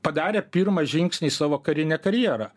padarė pirmą žingsnį savo karinę karjerą